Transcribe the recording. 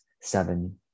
seven